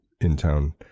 in-town